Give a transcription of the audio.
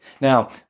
Now